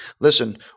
Listen